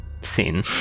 Scene